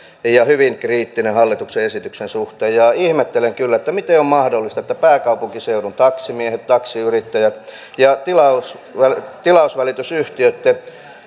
ja hyvin kriittinen hallituksen esityksen suhteen ihmettelen kyllä miten on mahdollista että pääkaupunkiseudun taksimiehet taksiyrittäjät ja tilausvälitysyhtiöitten